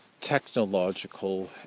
technological